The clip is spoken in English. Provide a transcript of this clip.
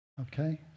Okay